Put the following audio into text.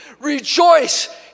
Rejoice